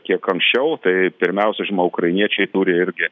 kiek anksčiau tai pirmiausia žinoma ukrainiečiai turi irgi